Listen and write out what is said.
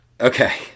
Okay